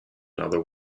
another